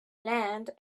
land